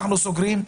אנחנו סוגרים,